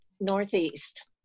northeast